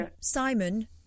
Simon